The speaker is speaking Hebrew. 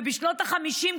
ובשנות ה-50,